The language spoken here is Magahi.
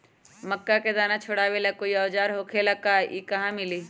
मक्का के दाना छोराबेला कोई औजार होखेला का और इ कहा मिली?